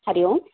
हरिः ओम्